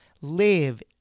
live